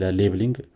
labeling